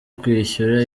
kwishyura